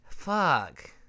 fuck